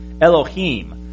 Elohim